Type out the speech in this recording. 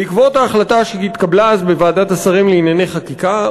בעקבות ההחלטה שהתקבלה אז בוועדת השרים לענייני חקיקה,